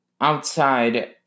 outside